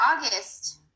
August